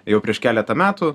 jau prieš keletą metų